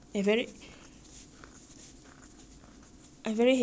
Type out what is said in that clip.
I very heav~ happy haven't drop below sixty in a long time already